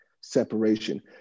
separation